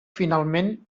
finalment